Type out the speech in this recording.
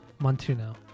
Montuno